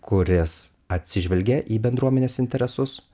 kuris atsižvelgė į bendruomenės interesus